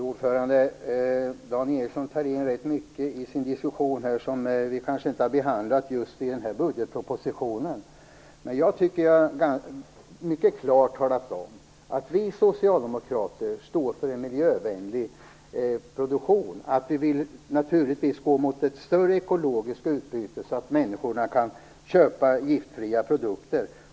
Fru talman! Dan Ericsson tar in rätt mycket i sin diskussion som vi inte har behandlat i budgetpropositionen. Men jag har mycket klart talat om att vi socialdemokrater står för en miljövänlig produktion. Vi vill naturligtvis gå mot ett större ekologiskt utbyte så att människorna kan köpa giftfria produkter.